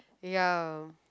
ya